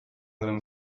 them